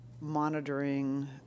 monitoring